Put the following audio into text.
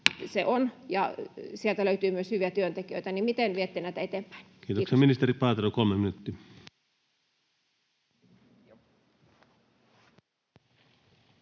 ja sieltä löytyy myös hyviä työntekijöitä. Miten viette näitä eteenpäin? — Kiitos. Kiitoksia. — Ministeri Paatero, kolme minuuttia.